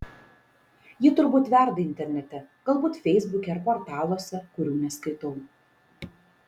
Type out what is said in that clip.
ji turbūt verda internete galbūt feisbuke ar portaluose kurių neskaitau